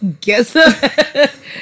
Guess